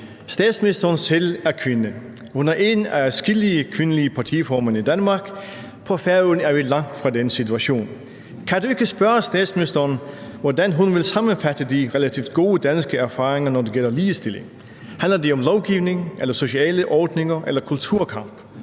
Statsministeren selv er kvinde; hun er en af adskillige kvindelige partiformænd i Danmark – på Færøerne er vi langt fra den situation. Kan du ikke spørge statsministeren, hvordan hun vil sammenfatte de relativt gode danske erfaringer, når det gælder ligestilling? Handler det om lovgivning, sociale ordninger eller kulturkamp?